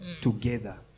together